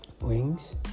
wings